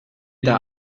der